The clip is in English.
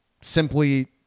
simply